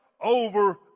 over